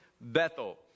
Bethel